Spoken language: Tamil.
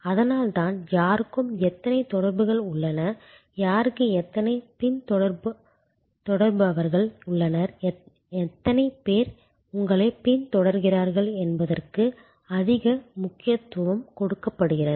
அதனால்தான் யாருக்கு எத்தனை தொடர்புகள் உள்ளன யாருக்கு எத்தனை பின்தொடர்பவர்கள் உள்ளனர் எத்தனை பேர் உங்களைப் பின்தொடர்கிறார்கள் என்பதற்கு அதிக முக்கியத்துவம் கொடுக்கப்படுகிறது